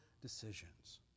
decisions